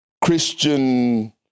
Christian